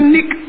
Nick